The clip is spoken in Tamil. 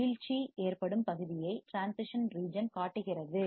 வீழ்ச்சி ஏற்படும் பகுதியை டிரான்சிஷன் ரிஜன் காட்டுகிறது